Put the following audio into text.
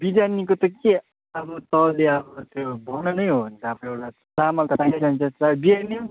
बिरियानीको त के अब तपाईँले अब त्यो बनाउनै हो भने त अब एउटा चामल त चाहिन्छै चाहिन्छ बिरियानी पनि